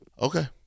Okay